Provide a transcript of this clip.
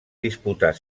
disputar